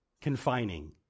confining